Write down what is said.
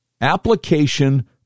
Application